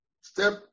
Step